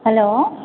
hello